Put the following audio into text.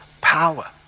power